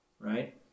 right